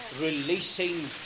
releasing